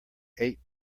eight